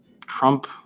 Trump